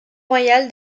royale